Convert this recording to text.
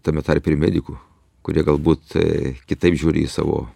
tame tarpe ir medikų kurie galbūt kitaip žiūri į savo